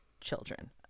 children